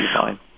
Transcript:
fine